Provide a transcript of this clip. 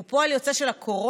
הם פועל יוצא של הקורונה,